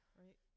right